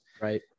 right